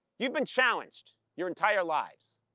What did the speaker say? you've been challenged your entire lives,